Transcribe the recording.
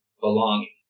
belonging